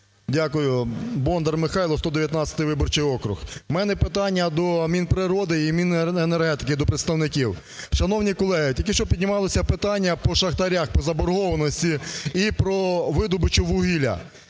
Дякую. Бондар Михайло, 119 виборчий округ. У мене питання до Мінприроди і Міненергетики, до представників. Шановні колеги, тільки що піднімалося питання по шахтарях по заборгованості і про видобичу вугілля.